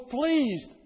pleased